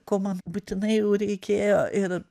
ko man būtinai jau reikėjo ir